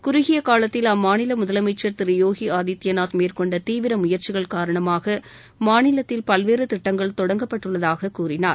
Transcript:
குறுகிய காலத்தில் அம்மாநில முதலமைச்சா் திரு யோகி ஆதித்ய நாத் மேற்கொண்ட தீவிர முயற்சிகள் காரணமாக மாநிலத்தில் பல்வேறு திட்டங்கள் தொடங்கப்பட்டுள்ளதாக கூறினார்